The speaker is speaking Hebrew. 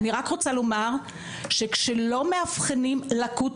אני רק רוצה לומר שכשלא מאבחנים לקות